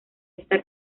esta